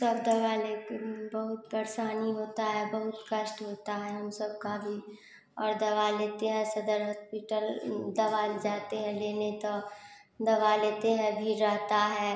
सब दवा ले कर बहुत परेशानी होता है बहुत कष्ट होता है हम सब का भी और दवा लेते हैं सदर हॉस्पिटल दवा जाते हैं लेने तो दवा लेते हैं भीड़ रहता है